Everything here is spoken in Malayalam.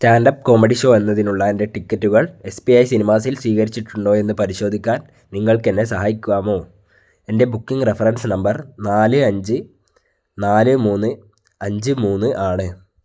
സ്റ്റാൻഡപ്പ് കോമഡി ഷോ എന്നതിനുള്ള എൻ്റെ ടിക്കറ്റുകൾ എസ് പി ഐ സിനിമാസിൽ സ്ഥിരീകരിച്ചിട്ടുണ്ടോ എന്ന് പരിശോധിക്കാൻ നിങ്ങൾക്ക് എന്നെ സഹായിക്കാമോ എൻ്റെ ബുക്കിംഗ് റഫറൻസ് നമ്പർ നാല് അഞ്ച് നാല് മൂന്ന് അഞ്ച് മൂന്ന് ആണ്